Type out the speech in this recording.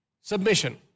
Submission